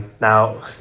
Now